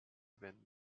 wenn